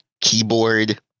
keyboard